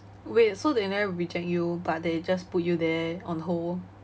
wait so they never reject you but they just put you there on hold